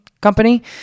company